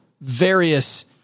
various